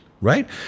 Right